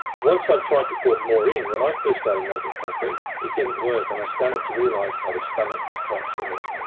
once i tried to pour more in when i first started making concrete, it didn't work. and, i started to realize how the stomach was quite similar.